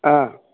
অঁ